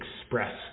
express